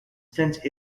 since